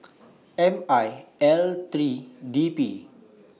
M one L three D P